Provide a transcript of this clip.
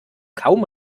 kaum